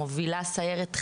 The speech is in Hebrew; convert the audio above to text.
מובילה סיירת חרם.